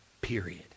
period